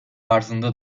arzında